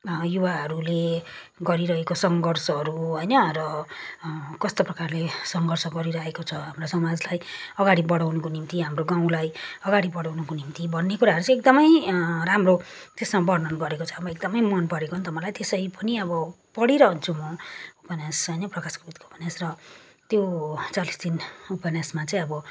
युवाहरूले गरिरहेको सङ्घर्षहरू होइन र कस्तो प्रकारले सङ्घर्ष गरिरहेको छ हाम्रो समाजलाई अगाडि बढाउनको निम्ति हाम्रो गाउँलाई अगाडि बढाउनको निम्ति भन्ने कुराहरू चाहिँ एकदमै राम्रो त्यसमा वर्णन गरेको छ अब एकदमै मन परेको नि त मलाई त्यसै पनि अब पढिरहन्छु म होइन उपन्यास प्रकाश कोविदको उपन्यास त्यो चालिस दिन उपन्यासमा चाहिँ अब